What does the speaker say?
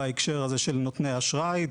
בהקשר הזה של נותני האשראי.